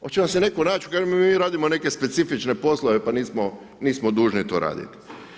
Hoće vam se netko naći i reći mi radimo neke specifične poslove pa nismo dužni to raditi?